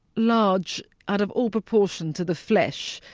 large, out of ah proportion to the flesh.